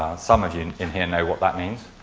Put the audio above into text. some of you in in here know what that means.